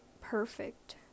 perfect